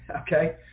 okay